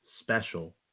special